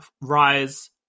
rise